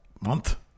month